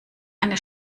eine